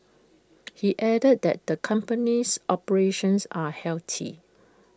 he added that the company's operations are healthy